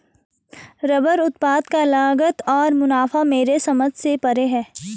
rubber उत्पाद का लागत और मुनाफा मेरे समझ से परे है